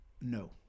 no